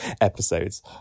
episodes